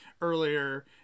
earlier